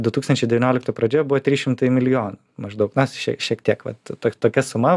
du tūkstančiai devynioliktų pradžioje buvo trys šimtai milijonų maždaug na šiek šiek tiek vat tok tokia suma